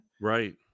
right